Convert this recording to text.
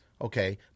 Okay